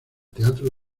teatro